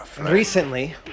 Recently